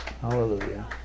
Hallelujah